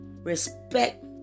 respect